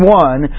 one